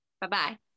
Bye-bye